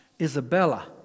Isabella